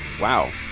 Wow